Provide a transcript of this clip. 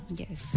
yes